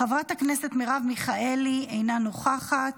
חברת הכנסת מרב מיכאלי, אינה נוכחת,